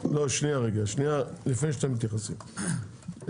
לפני שאתם מתייחסים,